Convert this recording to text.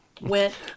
went